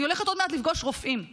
ואני הולכת עוד מעט לפגוש רופאים,